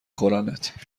خورنت